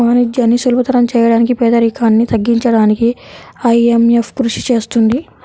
వాణిజ్యాన్ని సులభతరం చేయడానికి పేదరికాన్ని తగ్గించడానికీ ఐఎంఎఫ్ కృషి చేస్తుంది